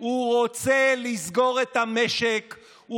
הוא רוצה לסגור את המשק,